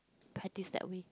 practice that way